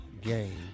game